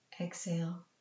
Exhale